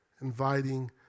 inviting